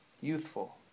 Youthful